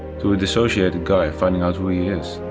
to a dissociated guy finding out who he is,